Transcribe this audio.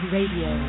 Radio